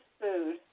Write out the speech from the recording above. food